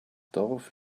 dorf